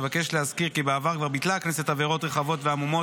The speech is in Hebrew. אבקש להזכיר כי בעבר כבר ביטלה הכנסת עבירות רחבות ועמומות,